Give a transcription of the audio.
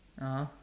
(uh huh)